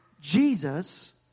Jesus